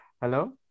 hello